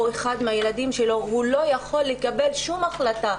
את אחד מילדיו לא יכול לקבל שום החלטה,